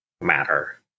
matter